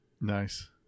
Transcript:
nice